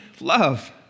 love